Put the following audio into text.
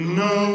no